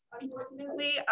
Unfortunately